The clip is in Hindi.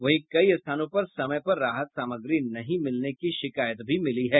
वहीं कई स्थानों पर समय पर राहत सामग्री नहीं मिलने की शिकायतें भी मिली है